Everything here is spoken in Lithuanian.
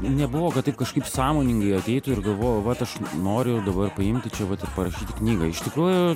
nebuvo kad taip kažkaip sąmoningai ateitų ir galvojau vat aš noriu dabar paimti čia vat ir parašyti knygą iš tikrųjų